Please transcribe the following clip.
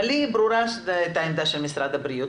לי ברורה העמדה של משרד הבריאות.